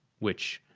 which